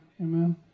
amen